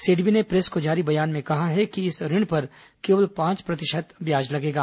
सिडबी ने प्रेस को जारी बयान में कहा कि इस ऋण पर केवल पांच प्रतिशत ब्याज लगेगा